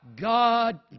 God